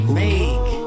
make